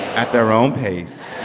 at their own pace